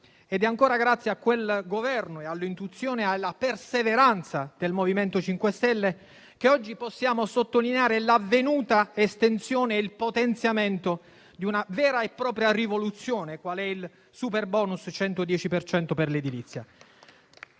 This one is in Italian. Ed è ancora grazie a quel Governo, all'intuizione e alla perseveranza del MoVimento 5 Stelle che oggi possiamo sottolineare l'avvenuta estensione e il potenziamento di una vera e propria rivoluzione qual è il superbonus 110 per cento per l'edilizia.